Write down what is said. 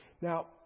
Now